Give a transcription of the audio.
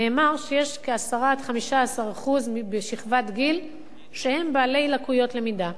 נאמר שיש 10% 15% בשכבת גיל שהם בעלי לקויות למידה.